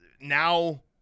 now